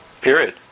Period